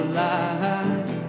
life